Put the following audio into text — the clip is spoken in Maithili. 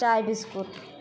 चाइ बिस्कुट